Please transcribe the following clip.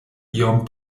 iom